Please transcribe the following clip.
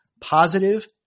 positive